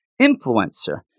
influencer